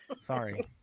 Sorry